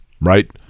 Right